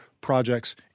projects